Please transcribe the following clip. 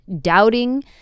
doubting